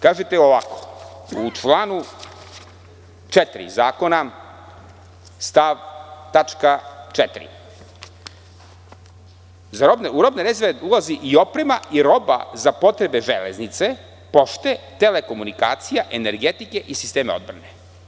Kažete ovako, u članu 4. zakona, stav, tačka 4, u robne rezerve ulazi i oprema i roba za potrebe Železnice, pošte, telekomunikacija, energetike i sistema odbrane.